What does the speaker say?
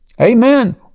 Amen